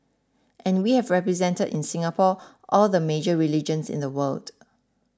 and we have represented in Singapore all the major religions in the world